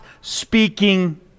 speaking